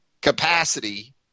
capacity